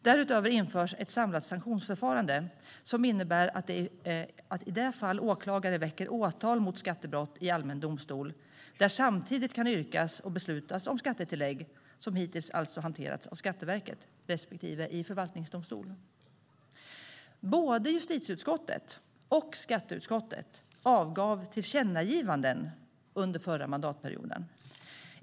Därutöver införs ett samlat sanktionsförfarande som innebär att man i det fall åklagare väcker åtal mot skattebrott i allmän domstol samtidigt kan yrka på och besluta om skattetillägg. Detta har alltså hittills hanterats av Skatteverket respektive i förvaltningsdomstol. Både justitieutskottet och skatteutskottet avgav tillkännagivanden under förra mandatperioden.